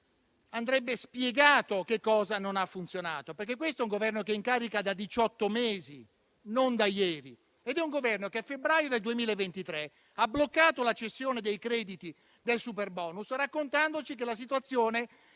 andrebbe spiegato che cosa non ha funzionato, perché questo è un Governo che è in carica da diciotto mesi, non da ieri. Ed è un Governo che, a febbraio del 2023, ha bloccato la cessione dei crediti del superbonus, raccontandoci che la situazione